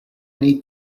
need